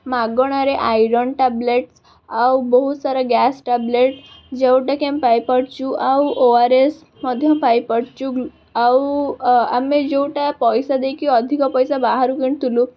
ମାଗଣାରେ iron tablets ଆଉ ବହୁତ ସାରା ଗ୍ୟାସ୍ ଟାବ୍ଲେଟ୍ ଯେଉଁଟାକି ଆମେ ପାଇପାରୁଛୁ ଆଉ ଓ ଆର୍ ଏସ୍ ମଧ୍ୟ ପାଇପାରୁଛୁ ଆଉ ଆମେ ଯେଉଁଟା ପଇସା ଦେଇକି ଅଧିକ ପଇସା ବାହାରୁ କିଣୁଥିଲୁ